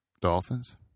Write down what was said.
Dolphins